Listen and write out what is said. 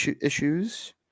issues